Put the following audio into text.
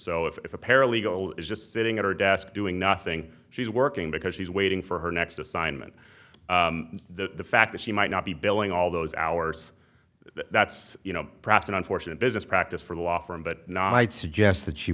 so if a paralegal is just sitting at her desk doing nothing she's working because she's waiting for her next assignment the fact that she might not be billing all those hours that's you know perhaps an unfortunate business practice for the law firm but i'd suggest that she